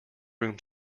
room